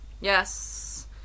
Yes